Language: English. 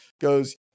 goes